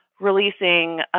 releasing